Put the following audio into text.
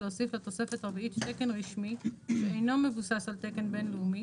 להוסיף לתוספת הרביעית תקן רשמי שאינו מבוסס על תקן בין-לאומי